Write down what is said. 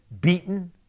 beaten